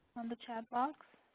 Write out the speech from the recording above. on the chat box.